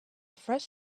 fresh